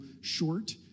short